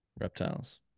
reptiles